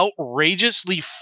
outrageously